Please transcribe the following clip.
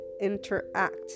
interact